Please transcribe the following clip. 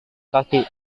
kaki